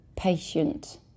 Patient